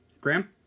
Graham